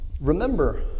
remember